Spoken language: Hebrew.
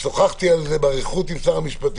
שוחחתי על זה באריכות עם שר המשפטים,